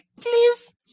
please